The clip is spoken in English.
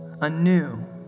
anew